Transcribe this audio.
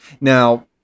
Now